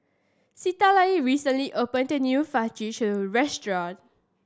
Citlali recently opened a new Fajitas restaurant